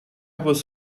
was